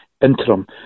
interim